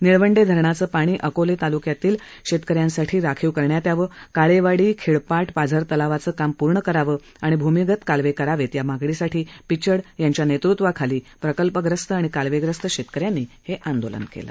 निळवंडे धरणाचं पाणी अकोले तालुक्यातील शेतकऱ्यांसाठी राखीव करण्यात यावं काळेवाडी खिळपाट पाझर तलावाचं काम पूर्ण करावं आणि भूमिगत कालवे करावेत या मागणीसाठी पिचड यांच्या नेतृत्वाखाली प्रकल्पग्रस्त आणि कालवेग्रस्त शेतकऱ्यांनी हे आंदोलन केलं